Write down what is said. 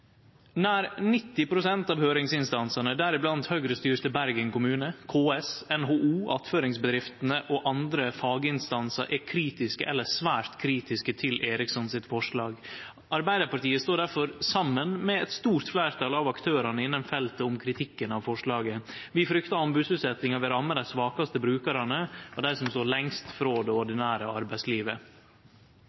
Nær 90 pst. av høyringsinstansane, deriblant Høgre-styrte Bergen kommune, KS, NHO, attføringsbedriftene og andre faginstansar, er kritiske eller svært kritiske til Erikssons forslag. Arbeidarpartiet står derfor saman med eit stort fleirtal av aktørane innan feltet i kritikken av forslaget. Vi fryktar at anbodsutsettjinga vil ramme dei svakaste brukarane og dei som står lengst frå det ordinære arbeidslivet.